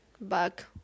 back